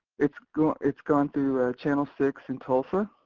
it's gone it's gone through channel six in tulsa,